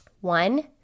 One